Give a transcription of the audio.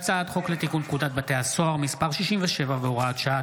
הצעת חוק לתיקון פקודת בתי הסוהר (מס' 67 והוראת שעה),